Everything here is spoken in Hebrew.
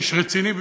איש רציני ביותר,